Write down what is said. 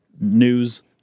news